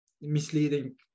misleading